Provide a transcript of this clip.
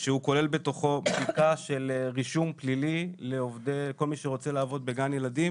שהוא כולל בתוכו בדיקה של רישום פלילי לכל מי שרוצה לעבוד בגן ילדים,